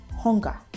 hunger